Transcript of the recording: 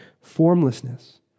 formlessness